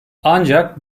ancak